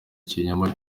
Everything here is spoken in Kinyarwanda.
ikinyoma